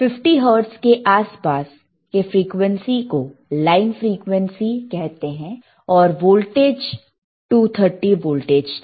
50 hertz के आसपास की फ्रीक्वेंसीस को लाइन फ्रीक्वेंसी कहते हैं और वोल्टेज 230 वोल्ट था